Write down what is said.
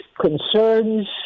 concerns